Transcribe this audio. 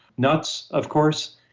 nuts, of course.